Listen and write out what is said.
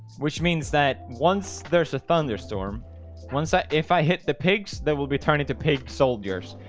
which means that once there's a thunderstorm once i if i hit the pigs that will be turning to pig soldiers,